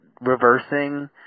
reversing